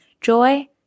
joy